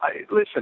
listen